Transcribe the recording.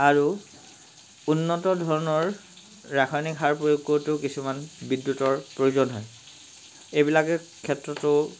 আৰু উন্নত ধৰণৰ ৰাসায়নিক সাৰ প্ৰয়োগ কৰোঁতেও কিছুমান বিদ্যুতৰ প্ৰয়োজন হয় এইবিলাকে ক্ষেত্ৰতো